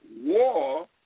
war